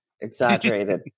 exaggerated